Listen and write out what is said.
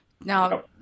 Now